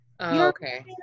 okay